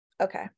Okay